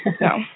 No